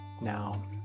now